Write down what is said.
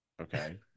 Okay